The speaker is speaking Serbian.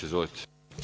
Izvolite.